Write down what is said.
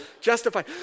justified